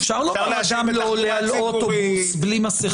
אפשר להגיד שבן אדם לא עולה על אוטובוס בלי מסכה.